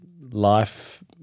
life